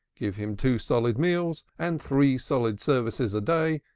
give him two solid meals and three solid services a day,